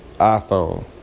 iPhone